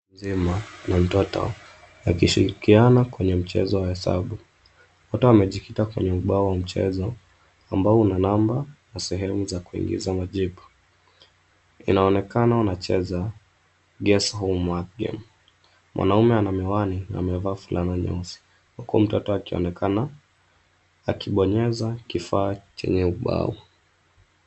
Mtu mzima na mtoto wakishirikiana kwenye mchezo wa hesabu. Mtoto amejikita kwenye ubao wa mchezo ambao una namba na sehemu ya kuingiza majibu. Inaonekana wanacheza guess home map game . Mwanaume ana miwani na amevaa fulana nyeusi huku mtoto akionekana akibonyeza kifaa chenye ubao.